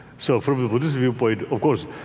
so from the buddhist viewpoint, of course,